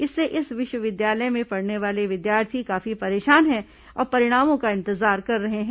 इससे इस विश्वविद्यालय में पढ़ने वाले विद्यार्थी काफी परेशान हैं और परिणामों का इंतजार कर रहे हैं